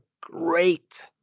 great